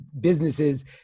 businesses